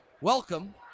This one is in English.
welcome